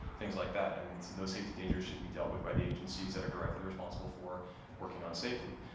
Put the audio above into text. things like that. and those safety dangers should be dealt with by the agencies that are directly responsible for working on safety.